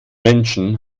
menschen